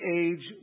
age